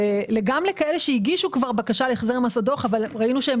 גם לכאלה שכבר הגישו בקשה להחזר מס אבל ראינו שהם